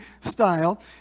style